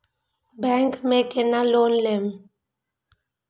Bank में केना loan लेम?